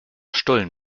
stullen